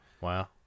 Wow